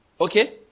okay